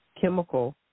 chemical